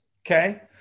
Okay